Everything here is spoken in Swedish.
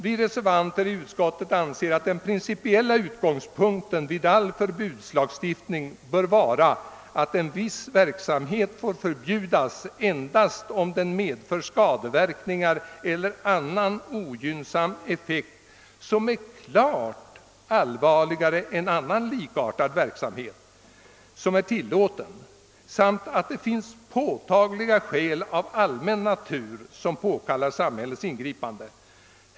Vi reservanter anser att den principiella utgångspunkten vid all förbudslagstiftning bör vara att »viss verksamhet får förbjudas endast om den medför skadeverkningar eller annan ogynnsam effekt som är klart allvarligare än annan likartad verksamhet, som är tilllåten, samt att det finns påtagliga skäl av allmän natur som påkallar samhällets ingripande.